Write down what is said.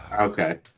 okay